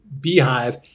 beehive